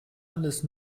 alles